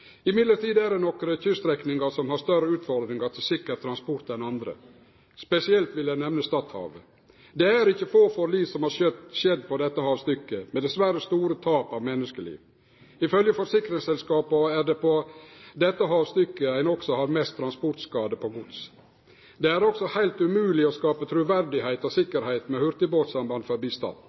er det nokre kyststrekningar som har større utfordringar når det gjeld sikker transport, enn andre. Spesielt vil eg nemne Stadhavet. Det er ikkje få forlis som har skjedd på dette havstykket, med dessverre store tap av menneskeliv. Ifølgje forsikringsselskapa er det på dette havstykket ein også har mest transportskadar på gods. Det er også heilt umogleg å skape truverde og sikkerheit med hurtigbåtsamband